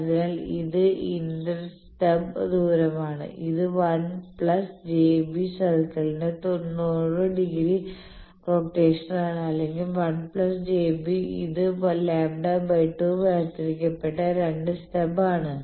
അതിനാൽ ഇത് inter stub ദൂരമാണ് ഇത് 1 പ്ലസ് j b സർക്കിളിന്റെ തൊണ്ണൂറ് ഡിഗ്രി റൊട്ടേഷനാണ് അല്ലെങ്കിൽ 1 j B സർക്കിൾ ഇത് λ 2 വേർതിരിക്കപ്പെട്ട 2 സ്റ്റബ് ആണ്